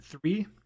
three